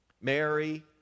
Mary